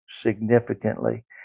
significantly